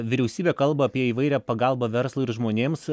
vyriausybė kalba apie įvairią pagalbą verslui ir žmonėms